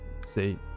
see